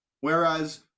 Whereas